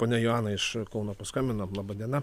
ponia joana iš kauno paskambino laba diena